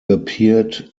appeared